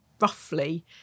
Roughly